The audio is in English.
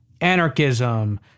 anarchism